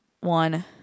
one